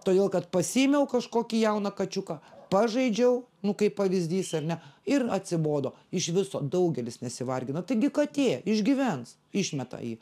todėl kad pasiėmiau kažkokį jauną kačiuką pažaidžiau nu kaip pavyzdys ar ne ir atsibodo iš viso daugelis nesivargina taigi katė išgyvens išmeta į